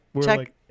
Check